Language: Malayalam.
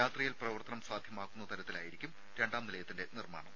രാത്രിയിൽ പ്രവർത്തനം സാധ്യമാക്കുന്ന തരത്തിലായിരിക്കും രണ്ടാം നിലയത്തിന്റെ നിർമ്മാണം